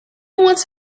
wants